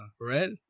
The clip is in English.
red